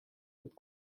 with